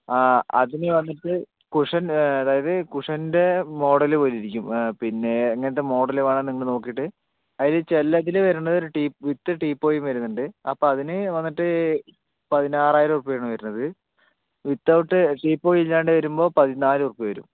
ആ അതിന് വന്നിട്ട് കുഷ്യൻ അതായത് കുഷ്യൻ്റെ മോഡൽ പോലെ ഇരിക്കും പിന്നെ ഇങ്ങനത്തെ മോഡൽ വേണോയെന്ന് നിങ്ങൾ നോക്കിയിട്ട് അതിൽ ചിലതിൽ വരണത് ഒരു ടീ വിത്ത് ടീപ്പോയും വരുന്നുണ്ട് അപ്പോ അതിന് വന്നിട്ട് പതിനാറായിരം ഉറുപ്പിക ആണ് വരണത് വിതൗട്ട് ടീപ്പോയ് ഇല്ലാണ്ട് വരുമ്പോൾ പതിനാല് ഉറുപ്പിക വരും